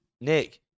Nick